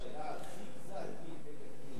השאלה היא,